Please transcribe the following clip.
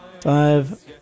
Five